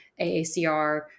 AACR